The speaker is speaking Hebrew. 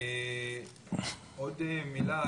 עוד מילה,